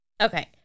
Okay